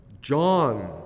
John